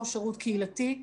הוא שירות קהילתי.